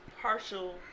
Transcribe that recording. partial